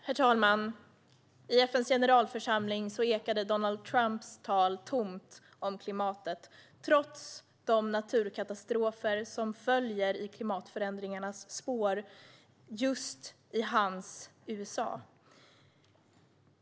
Herr talman! I FN:s generalförsamling ekade Donald Trumps tal tomt när det gäller klimatet, trots de naturkatastrofer som följer i klimatförändringarnas spår i just hans USA.